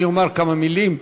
אני אומר כמה מילים.